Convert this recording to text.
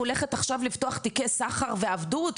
הולכת עכשיו לפתוח תיקי סחר ועבדות,